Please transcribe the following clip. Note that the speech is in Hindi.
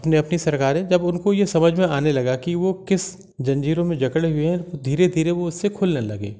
अपनी अपनी सरकारें जब उनको ये समझ में आने लगा कि वो किस जंजीरों में जकड़े हुए हैं तो धीरे धीरे वो उससे खुलने लगे